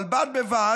אבל בד בבד,